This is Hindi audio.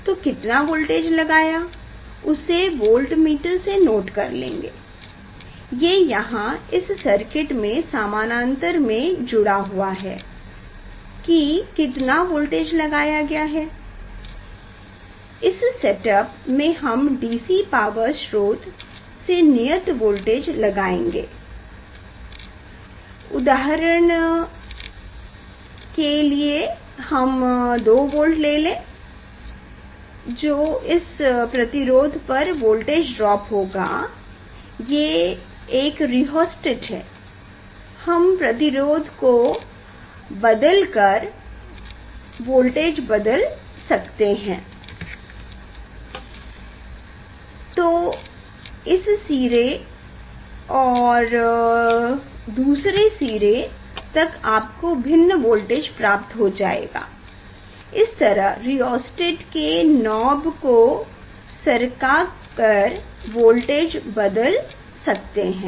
तो कितना वोल्टेज लगाया उसे वोल्टमीटर से नोट कर लेंगे ये यहाँ इस सर्किट में समानांतर में जुड़ा हुआ है की कितना वोल्टेज लगाया गया है इस सेटअप में हम DC पावर स्रोत से नियत वोल्टेज लगाएंगे उदाहरण के लिए हम 2 वोल्ट लें हम जो इस प्रतिरोध पर वोल्टेज ड्रॉप होगा ये एक रीहोस्टेट है हम प्रतिरोध को बदल कर वोल्टेज बदल सकते हैं तो इस सिरे और दूसरे सिरे तक आपको भिन्न वोल्टेज प्राप्त हो जाएगा इस तरह रिहोस्टेट के नौब को सरका कर वोल्टेज बदल सकते हैं